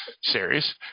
series